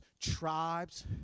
tribes